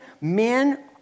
men